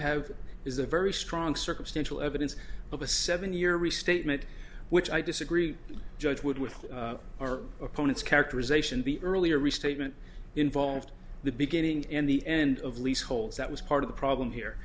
have is a very strong circumstantial evidence of a seven year restatement which i disagree judge wood with our opponent's characterization the earlier restatement involved the beginning and the end of leaseholds that was part of the problem here